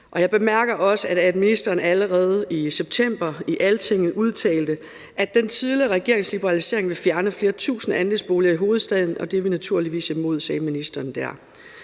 Jeg bemærker også, at ministeren allerede i september udtalte til Altinget, at den tidligere regerings liberalisering vil fjerne flere tusinde andelsboliger i hovedstaden, og at det var han naturligvis imod. Det synes jeg